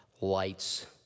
lights